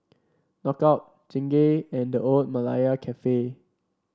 Knockout Chingay and The Old Malaya Cafe